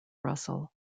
russell